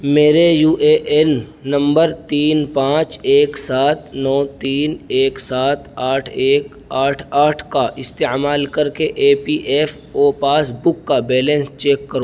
میرے U A N number تین پانچ ایک سات نو تین ایک سات آٹھ ایک آٹھ آٹھ کا استعمال کر کے E P F O passbook کا بیلنس چیک کرو